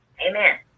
Amen